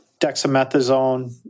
dexamethasone